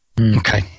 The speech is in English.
Okay